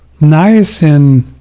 niacin